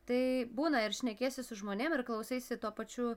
tai būna ir šnekiesi su žmonėm ir klausaisi tuo pačiu